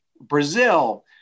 Brazil